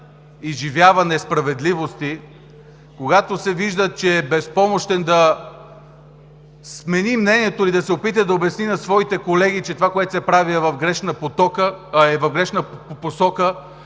изживява несправедливости; когато се вижда, че е безпомощен да смени мнението или да се опита да обясни на своите колеги, че това, което се прави, е в грешната посока,